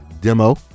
demo